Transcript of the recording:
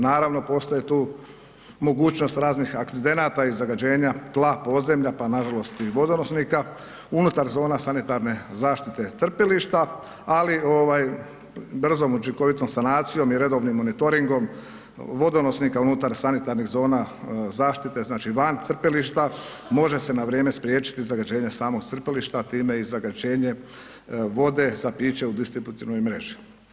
Naravno postoje tu mogućnost raznih akcidenata i zagađenja tla, podzemlja pa nažalost i vodonosnika unutar zona sanitarne zaštite crpilišta, ali ovaj brzom i učinkovitom sanacijom i redovnim monitoringom vodonosnika unutar sanitarnih zona zaštite, znači van crpilišta može se na vrijeme spriječiti zagađenje samog crpilišta, a time i zagađenje vode za piće u distributivnoj mreži.